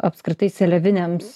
apskritai seleviniams